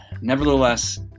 nevertheless